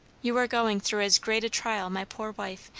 you are going through as great a trial, my poor wife,